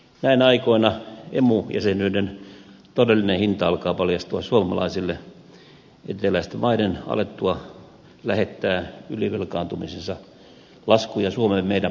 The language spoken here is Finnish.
näinä aikoina emu jäsenyyden todellinen hinta alkaa paljastua suomalaisille eteläisten maiden alettua lähettää ylivelkaantumisensa laskuja suomeen meidän maksettavaksemme